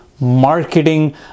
marketing